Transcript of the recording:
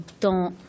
dans